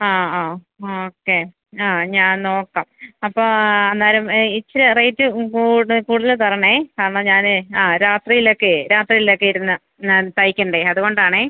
ആ ആ ഓക്കെ ആ ഞാന് നോക്കാം അപ്പോൾ അന്നേരം ഇച്ചിരി റേറ്റ് മ് കൂടുതൽ തരണം കാരണം ഞാൻ ആ രാത്രിയിൽ ഒക്കെയെ രാത്രിയിലൊക്കെ ഇരുന്ന് ഞാൻ തയ്ക്കണ്ടേ അത്കൊണ്ടാണ്